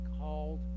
called